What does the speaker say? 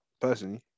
personally